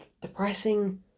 depressing